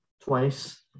twice